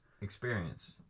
Experience